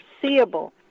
foreseeable